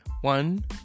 one